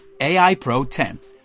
AIPRO10